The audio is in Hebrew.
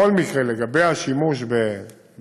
בכל מקרה, לגבי השימוש בגז